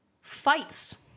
fights